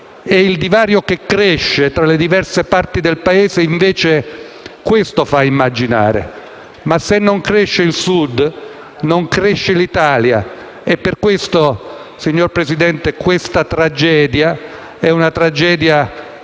Il divario che cresce tra le diverse parti del Paese, invece, questo fa immaginare. Ma, se non cresce il Sud, non cresce l'Italia. Per questo, signor Presidente, questa è una tragedia